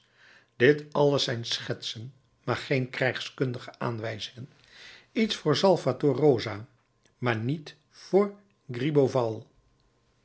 dit alles zijn schetsen maar geen krijgskundige aanwijzingen iets voor salvator rosa maar niet voor gribeauval